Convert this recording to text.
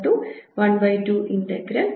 W12dr jr